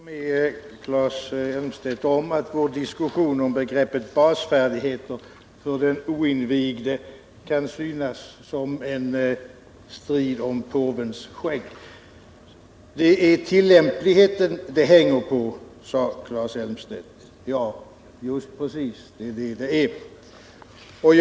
Herr talman! Jag håller med Claes Elmstedt om att vår diskussion om begreppet basfärdigheter för den oinvigde kan synas som en strid om påvens skägg. Det är tillämpligheten det hänger på, sade Claes Elmstedt. Ja, just precis — det är det det gör.